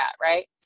Right